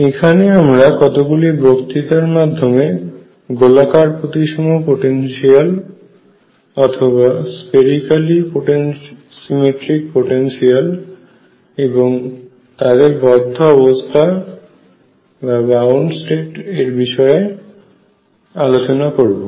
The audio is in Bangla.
এখানে আমরা কতগুলি বক্তৃতার মাধ্যমে গোলাকার প্রতিসম পোটেনশিয়াল এবং তাদের বদ্ধ অবস্থার বিষয়ে আলোচনা করব